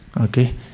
Okay